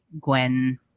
Gwen